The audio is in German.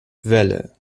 welle